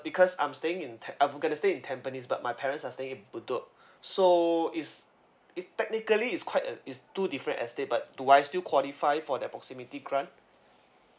because I'm staying in tam~ I'm going to stay in tampines but my parents are staying in bedok so it's it's technically it's quite uh it's two different estate but do I still qualify for the proximity grant